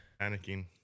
Panicking